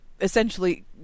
essentially